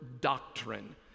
doctrine